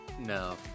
No